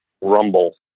rumble